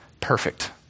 perfect